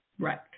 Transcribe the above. Right